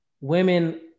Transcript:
women